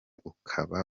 ukaba